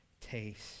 taste